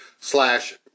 slash